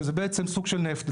שזה בעצם סוג של נפט,